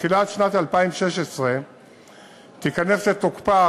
בתחילת שנת 2016 תיכנס לתוקפה,